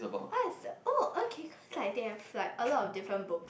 what's the oh okay cause I think have like a lot of different book